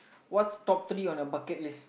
what's top three on your bucket list